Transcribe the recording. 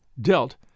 dealt